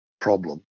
problem